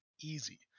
easy